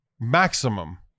maximum